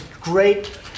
great